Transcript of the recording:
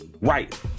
right